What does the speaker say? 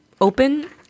Open